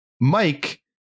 Mike